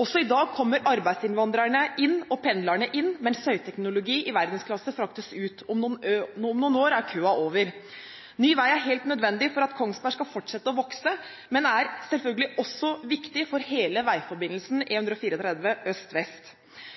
Også i dag kommer arbeidsinnvandrerne inn, pendlerne inn, mens høyteknologi i verdensklasse fraktes ut. Om noen år er køen over. Ny vei er helt nødvendig for at Kongsberg skal fortsette å vokse, men er selvfølgelig også viktig for hele veiforbindelsen E134 øst–vest.